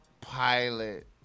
pilot